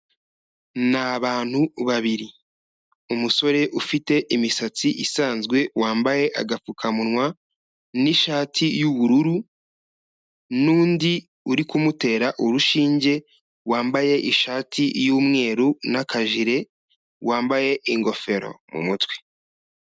Ni abantu babiri, umusore ufite imisatsi isanzwe, wambaye agapfukamunwa n'ishati y'ubururu n'undi uri kumutera urushinge, wambaye ishati y'umweru n'akajire wambaye ingofero mu mutwe.